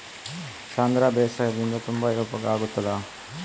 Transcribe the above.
ಸಾಂಧ್ರ ಬೇಸಾಯದಿಂದ ತುಂಬಾ ಉಪಯೋಗ ಆಗುತ್ತದಾ?